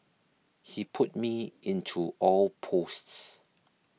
he put me into all posts